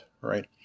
right